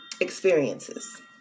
experiences